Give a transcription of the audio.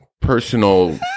personal